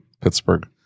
Pittsburgh